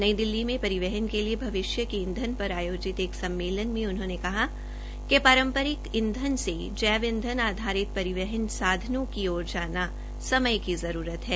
नई दिल्ली में परिवहन के लिए भविष्य के ईंधन पर आयोजित एक सम्मेलन में उन्होंने कहा कि पारम्परिक ईंधन से जैव ईंधन आधारित परिवहन सांधनों की और जाना समय की जरूरत है